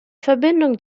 verbindung